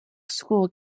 school